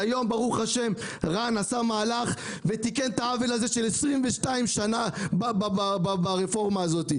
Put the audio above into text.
היום ברוך השם רן שדמי עשה מהלך ותיקן עוול של 22 שנים ברפורמה הזאת.